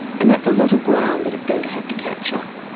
and that's a lot of ground that it's going to have to catch up.